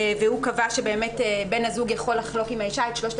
והוא קבע שבן הזוג יכול לחלוק עם האישה את שלושת